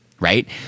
Right